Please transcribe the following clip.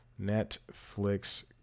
Netflix